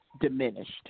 diminished